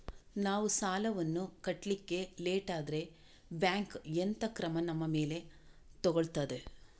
ನಾವು ಸಾಲ ವನ್ನು ಕಟ್ಲಿಕ್ಕೆ ಲೇಟ್ ಆದ್ರೆ ಬ್ಯಾಂಕ್ ಎಂತ ಕ್ರಮ ನಮ್ಮ ಮೇಲೆ ತೆಗೊಳ್ತಾದೆ?